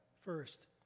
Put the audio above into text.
first